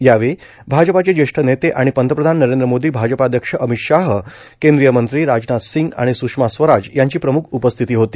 यावेळी भाजपाचे ज्येष्ठ नेते आणि पंतप्रधान नरेंद्र मोदी भाजपाध्यक्ष अमित शाह केंद्रीय मंत्री राजनाथ सिंग आणि स्रुषमा स्वराज यांची प्रमुख उपस्थिती होती